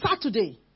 Saturday